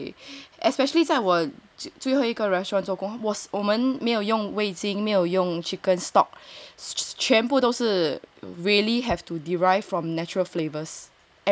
对 especially 我最后一个 restaurant 做工我们没有用味精没有用 chicken stock